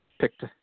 picked